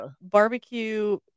Barbecue